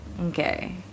okay